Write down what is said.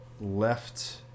left